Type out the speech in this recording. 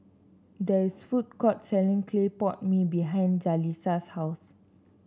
there is food courts selling Clay Pot Mee behind Jalisa's house